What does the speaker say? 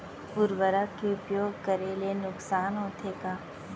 उर्वरक के उपयोग करे ले नुकसान होथे का?